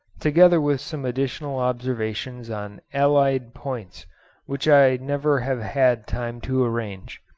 together with some additional observations on allied points which i never have had time to arrange.